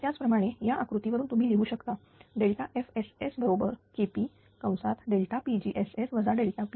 आणि त्याच प्रमाणे या आकृतीवरून तुम्ही लिहू शकताFSS बरोबर KP